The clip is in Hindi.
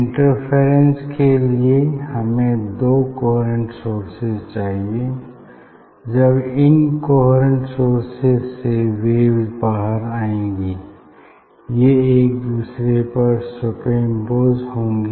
इंटरफेरेंस के लिए हमें दो कोहेरेंट सोर्सेज चाहिए जब इन कोहेरेंट सोर्सेज से वेव्स बाहर आएंगी ये एक दूसरे पर सुपर इम्पोस होंगी